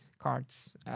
cards